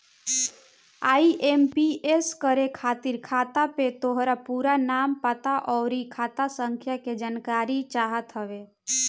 IMPS करे खातिर खाता पे तोहार पूरा नाम, पता, अउरी खाता संख्या के जानकारी चाहत हवे